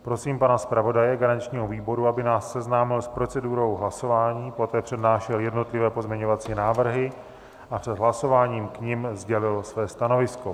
Prosím pana zpravodaje garančního výboru, aby nás seznámil s procedurou hlasování, poté přednášel jednotlivé pozměňovací návrhy a před hlasováním k nim sdělil své stanovisko.